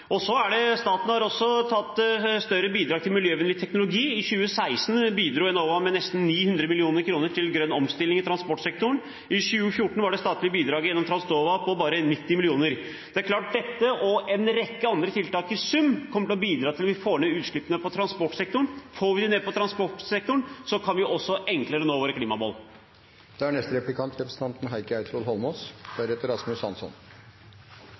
Staten har også tatt et større bidrag til miljøvennlig teknologi. I 2016 bidro Enova med nesten 900 mill. kr til grønn omstilling i transportsektoren. I 2014 var det statlige bidraget gjennom Transnova på bare 90 mill. kr. Det er klart dette og en rekke andre tiltak i sum kommer til å bidra til at vi får ned utslippene i transportsektoren. Får vi dem ned i transportsektoren, kan vi enklere nå våre klimamål. Det var greit at representanten